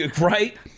Right